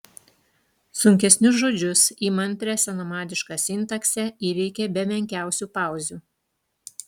sunkesnius žodžius įmantrią senamadišką sintaksę įveikė be menkiausių pauzių